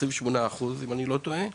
כ-28% אם אני לא טועה,